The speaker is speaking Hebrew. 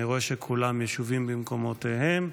אני רואה שכולם ישובים במקומותיהם.